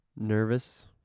nervous